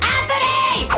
Anthony